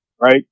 right